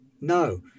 No